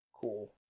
Cool